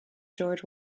george